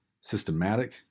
systematic